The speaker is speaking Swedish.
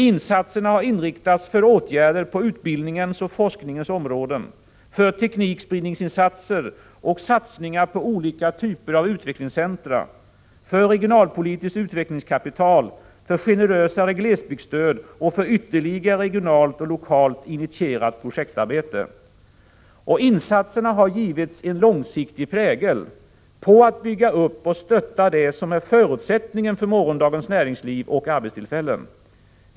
Insatserna har inriktats på åtgärder på utbildningens och forskningens områden, på teknikspridning, på olika typer av utvecklingscentra, på regionalpolitiskt utvecklingskapital, på generösare glesbygdsstöd och på ytterligare regionalt och lokalt initierat projektarbete. Insatserna har dessutom givits en långsiktig prägel för att bygga upp och stötta det som är förutsättningen för morgondagens näringsliv och arbetstillfällen.